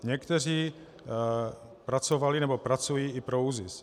Někteří pracovali nebo i pracují pro ÚZIS.